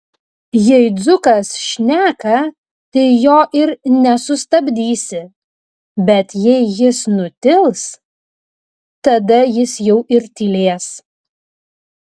jei dzūkas šneka tai jo ir nesustabdysi bet jei jis nutils tada jis jau ir tylės